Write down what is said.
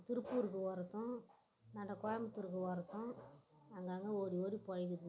திருப்பூருக்கு ஓடுறதும் இந்தாண்ட கோயபுத்தூருக்கு ஓடுறதும் அங்கேங்க ஓடி ஓடி புழைக்கிதுங்க